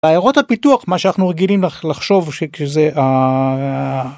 עיירות הפיתוח מה שאנחנו רגילים לחשוב שזה.